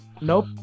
Nope